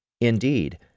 Indeed